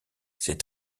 c’est